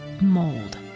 mold